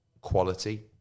quality